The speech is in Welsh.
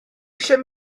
eisiau